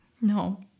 No